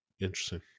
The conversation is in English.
Interesting